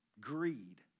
greed